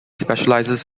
specializes